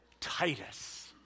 Titus